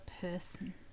person